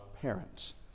parents